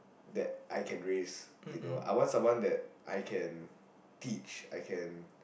that I can raise you know I want someone that I can teach I can